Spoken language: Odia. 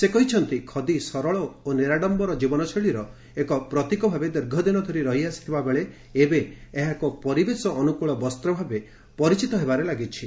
ସେ କହିଛନ୍ତି ଖଦୀ ସରଳ ଓ ନିରାଡ଼ମ୍ଘର ଜୀବନଶୈଳୀର ଏକ ପ୍ରତୀକ ଭାବେ ଦୀର୍ଘଦିନ ଧରି ରହିଆସିଥିବା ବେଳେ ଏବେ ଏହା ଏକ ପରିବେଶ ଅନୁକୂଳ ବସ୍ତ୍ର ଭାବେ ପରିଚିତ ହେବାରେ ଲାଗିଛି